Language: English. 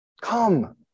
Come